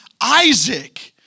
Isaac